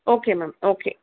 okay ma'am okay